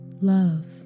love